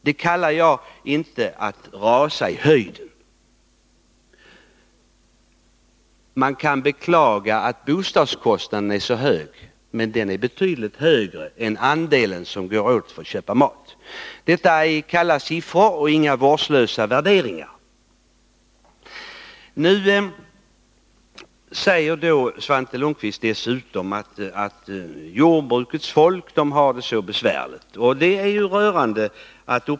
Det kallar jag inte för att ”rasa i höjden”. Man kan visserligen beklaga att bostadskostnaden är hög, men den andel av den disponibla inkomsten som går till bostaden är betydligt större än den andel som går till mat. Detta är kalla siffror — inga vårdslösa värderingar. Svante Lundkvist säger att jordbrukets folk har det så besvärligt.